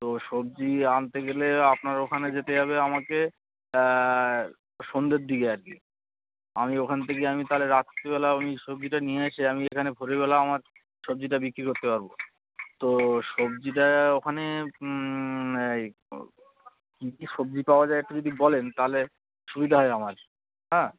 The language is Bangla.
তো সবজি আনতে গেলে আপনার ওখানে যেতে হবে আমাকে সন্ধ্যের দিকে আর কি আমি ওখান থেকে আমি তাহলে রাত্রিবেলা আমি সবজিটা নিয়ে এসে আমি এখানে ভোরেরবেলা আমার সবজিটা বিক্রি করতে পারবো তো সবজিটা ওখানে এই ও কী কী সবজি পাওয়া যায় একটু যদি বলেন তাহলে সুবিধা হয় আমার হ্যাঁ